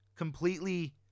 Completely